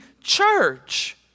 church